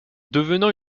devenant